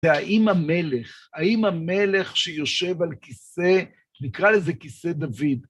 והאם המלך, האם המלך שיושב על כיסא, נקרא לזה כיסא דוד,